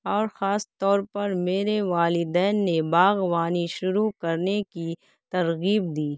اور خاص طور پر میرے والدین نے باغبانی شروع کرنے کی ترغیب دی